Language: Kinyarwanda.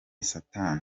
satani